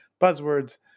buzzwords